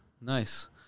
Nice